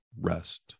rest